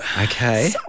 Okay